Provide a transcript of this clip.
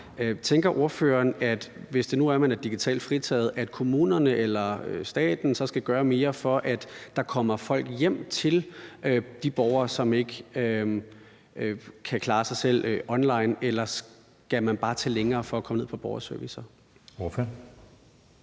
Tænker ordføreren, at hvis det nu er sådan, at man er digitalt fritaget, at kommunerne eller staten så skal gøre mere for, at der kommer folk hjem til de borgere, som ikke kan klare sig selv online, eller skal de bare tage længere for at komme ned på Borgerservice? Kl.